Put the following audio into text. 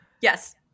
Yes